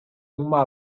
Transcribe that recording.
uma